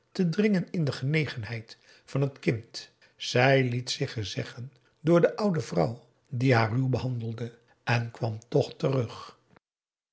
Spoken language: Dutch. te dringen in de genegenheid van het kind zij liet zich gezeggen door de oude vrouw die haar ruw behandelde en kwam toch terug